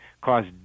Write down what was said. cause